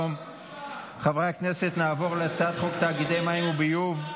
רשמנו שחבר הכנסת טופורובסקי,